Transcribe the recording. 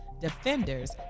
Defenders